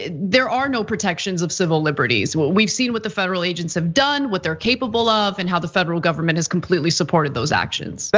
ah there are no protections of civil liberties. we've seen what the federal agents have done, what they're capable of and how the federal government has completely supported those actions. but